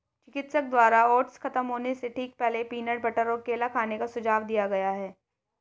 चिकित्सक द्वारा ओट्स खत्म होने से ठीक पहले, पीनट बटर और केला खाने का सुझाव दिया गया